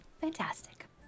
fantastic